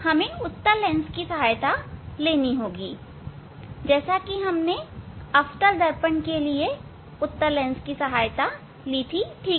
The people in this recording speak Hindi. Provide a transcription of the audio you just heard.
हमें उत्तल लेंस की सहायता लेनी होगी जैसे कि हमने अवतल दर्पण के लिए उत्तल लेंस की सहायता ली थीं